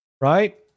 right